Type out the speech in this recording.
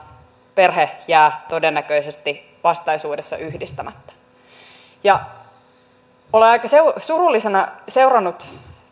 perhe jää todennäköisesti vastaisuudessa yhdistämättä olen aika surullisena seurannut